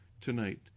tonight